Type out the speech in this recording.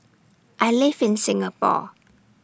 I live in Singapore